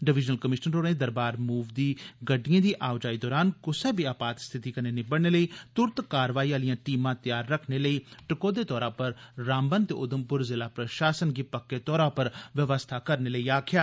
divisional commissioner होरें दरबार move गी गड्डिएं दी आओ जाई दौरान कुसै बी अपात स्थिति कन्नै निबड़ने लेई तुरत कारवाई आलिया टीमां तैयार रक्खने लेई टकोह्दे तौरा पर रामबन ते उधमपुर ज़िला प्रषासन गी पक्के तौरा पर व्यवस्था करने लेई आक्खेआ